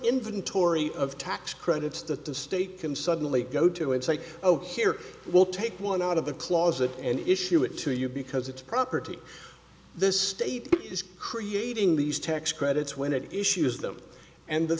inventory of tax credits that the state can suddenly go to and say ok here we'll take one out of the closet and issue it to you because it's property this state is creating these tax credits when it issues them and the